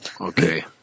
Okay